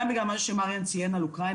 גם בגלל מה שמריאן אמר על אוקראינה,